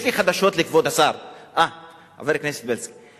יש לי חדשות לכבוד השר, אה, חבר הכנסת בילסקי.